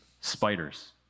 Spiders